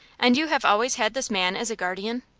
and you have always had this man as a guardian?